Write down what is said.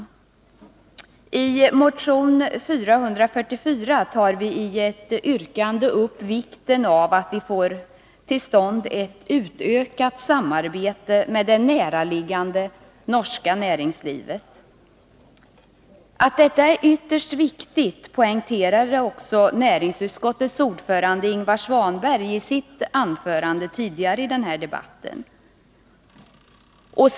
T yrkandet i motion 444 understryker vi vikten av att ett utökat samarbete med det näraliggande norska näringslivet kommer till stånd. Att detta är ytterst viktigt poängterade också näringsutskottets ordförande, Ingvar Svanberg, i sitt anförande tidigare i den här debatten.